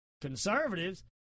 conservatives